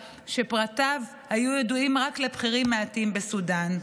שפרטיו היו ידועים רק לבכירים מעטים בסודן.